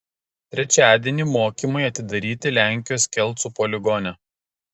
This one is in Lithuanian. trečiadienį mokymai atidaryti lenkijos kelcų poligone